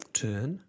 turn